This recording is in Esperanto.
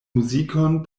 muzikon